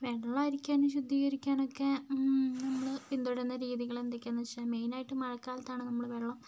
വെള്ളം അരിക്കാനും ശുദ്ധീകരിക്കാനും ഒക്കെ നമ്മൾ പിന്തുടരുന്ന രീതികൾ എന്തൊക്കെയാണെന്ന് വെച്ചാൽ മെയിനായിട്ടും മഴക്കാലത്താണ് നമ്മൾ വെള്ളം